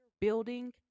building